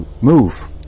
move